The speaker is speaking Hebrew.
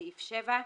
בסעיף 7,